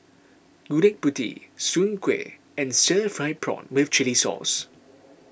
Gudeg Putih Soon Kueh and Stir Fried Prawn with Chili Sauce